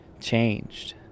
changed